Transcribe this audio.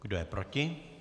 Kdo je proti?